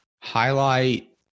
highlight